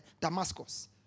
Damascus